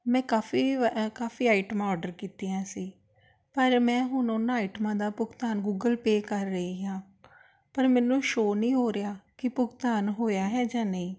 ਮੈਂ ਕਾਫੀ ਵ ਅ ਕਾਫੀ ਆਈਟਮਾਂ ਔਡਰ ਕੀਤੀਆਂ ਸੀ ਪਰ ਮੈਂ ਹੁਣ ਉਹਨਾਂ ਆਈਟਮਾਂ ਦਾ ਭੁਗਤਾਨ ਗੁੱਗਲ ਪੇ ਕਰ ਰਹੀ ਹਾਂ ਪਰ ਮੈਨੂੰ ਸ਼ੋ ਨਹੀਂ ਹੋ ਰਿਹਾ ਕਿ ਭੁਗਤਾਨ ਹੋਇਆ ਹੈ ਜਾਂ ਨਹੀਂ